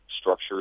structures